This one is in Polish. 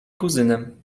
kuzynem